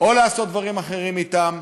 או לעשות דברים אחרים אתם,